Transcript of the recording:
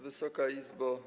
Wysoka Izbo!